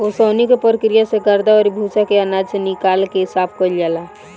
ओसवनी के प्रक्रिया से गर्दा अउरी भूसा के आनाज से निकाल के साफ कईल जाला